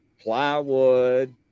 plywood